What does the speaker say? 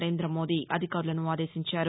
నరేందమోదీ అధికారులను ఆదేశించారు